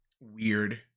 weird